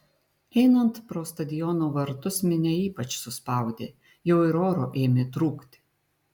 einant pro stadiono vartus minia ypač suspaudė jau ir oro ėmė trūkti